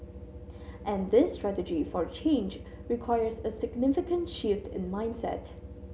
and this strategy for change requires a significant shift in mindset